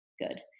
good